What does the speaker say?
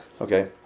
okay